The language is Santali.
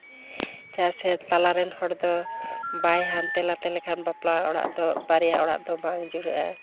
ᱪᱮᱫᱟᱜ ᱥᱮ ᱛᱟᱞᱟ ᱨᱮᱱ ᱦᱚᱲ ᱫᱚ ᱵᱟᱭ ᱦᱟᱱᱛᱮ ᱱᱟᱛᱮ ᱞᱮᱠᱷᱟᱱ ᱵᱟᱯᱞᱟ ᱚᱲᱟᱜ ᱫᱚ ᱵᱟᱨᱭᱟ ᱚᱲᱟᱜ ᱫᱚ ᱵᱟᱝ ᱡᱩᱲᱟᱹᱜᱼᱟ